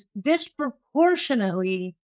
disproportionately